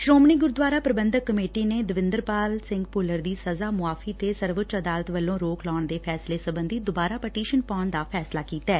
Shiromani Gurdwara Parbandhak committee ਨੇ ਦਵੰਦਰਪਾਲ ਸਿੰਘ ਭੂੱਲਰ ਦੀ ਸਜ਼ਾ ਮੁਆਫ਼ੀ ਤੇ ਸਰਵਉੱਚ ਅਦਾਲਤ ਵੱਲੋਂ ਰੋਕ ਲਾਉਣ ਦੇ ਫੈਸਲੇ ਸਬੰਧੀ ਦੁਬਾਰਾ ਪਟੀਸ਼ਨ ਪਾਉਣ ਦਾ ਫੈਸਲਾ ਕੀਤੈ